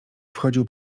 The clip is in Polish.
wchodził